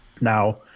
Now